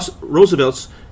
Roosevelt's